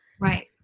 Right